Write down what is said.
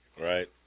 Right